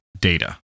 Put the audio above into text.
data